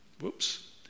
Whoops